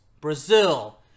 Brazil